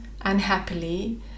unhappily